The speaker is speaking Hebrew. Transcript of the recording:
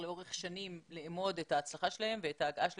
לאורך שנים לאמוד את ההצלחה שלהם ואת ההגעה שלהם.